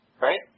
Right